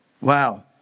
Wow